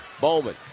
Bowman